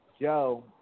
Joe